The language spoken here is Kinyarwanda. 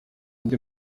andi